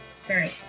sorry